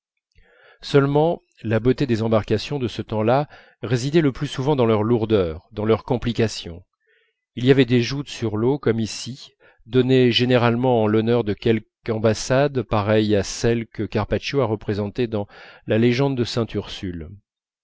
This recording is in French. seulement la beauté des embarcations de ce temps-là résidait le plus souvent dans leur lourdeur dans leur complication il y avait des joutes sur l'eau comme ici données généralement en l'honneur de quelque ambassade pareille à celle que carpaccio a représentée dans la légende de sainte ursule